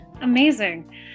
Amazing